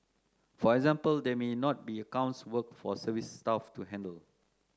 for example there may not be accounts work for service staff to handle